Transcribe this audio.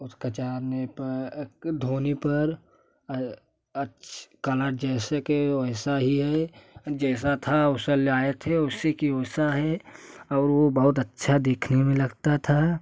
उस कचारने पर धोने पर कलर जैसे के वैसा ही है जैसा था वैसा लाए थे वैसी की वैसा है और वो बहुत अच्छा दिखने में लगता था